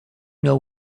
know